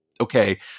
okay